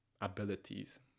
abilities